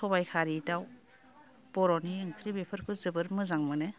सबाइ खारि दाव बर'नि ओंख्रि बेफोरखौ जोबोर मोजां मोनो